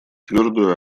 твердую